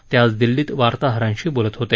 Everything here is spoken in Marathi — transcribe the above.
ते आज दिल्लीत वार्ताहरांशी बोलत होते